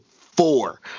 four